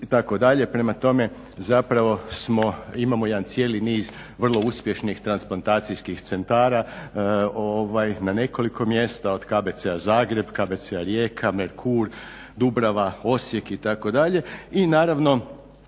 Prema tome zapravo smo, imamo jedan niz vrlo uspješnih transplantacijskih centara na nekoliko mjesta od KBC-a Zagreb, KBC-a Rijeka, Merkur, Dubrava, Osijek itd.